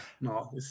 no